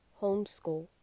homeschool